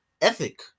ethic